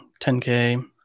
10K